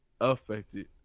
Affected